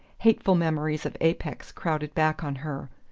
hateful memories of apex crowded back on her.